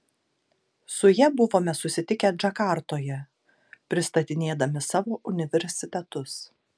su ja buvome susitikę džakartoje pristatinėdami savo universitetus